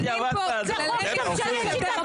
--- אתם משנים פה כללי משחק בדמוקרטיה,